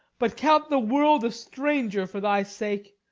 but count the world a stranger for thy sake.